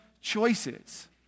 choices